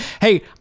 Hey